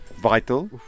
vital